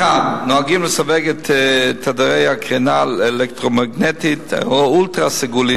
1. נוהגים לסווג את תדרי הקרינה האלקטרומגנטית האולטרה-סגולה,